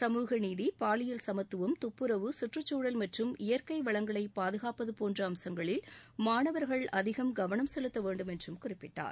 சமூக நீதி பாலியல் சமத்துவம் துப்புரவு சுற்றுச்சூழல் மற்றும் இயற்கை வளங்களை பாதுகாப்பது போன்ற அம்சங்களில் மாணவர்கள் அதிகம் கவனம் செலுத்த வேண்டுமென்றும் குறிப்பிட்டார்